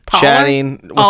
chatting